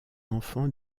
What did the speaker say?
enfants